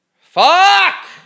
Fuck